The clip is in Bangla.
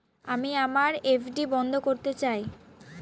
আমি আমার এফ.ডি বন্ধ করতে চাই